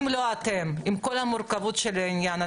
אם לא אתם עם כל המורכבות של העניין,